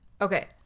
Okay